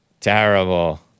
Terrible